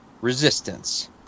Resistance